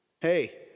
Hey